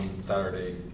Saturday